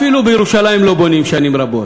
אפילו בירושלים לא בונים שנים רבות,